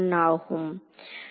ஆகும்